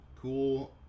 Cool